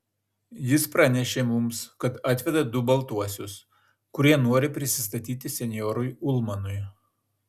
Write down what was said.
jis pranešė mums kad atveda du baltuosius kurie nori prisistatyti senjorui ulmanui